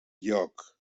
lloc